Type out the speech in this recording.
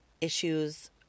issues